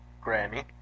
Granny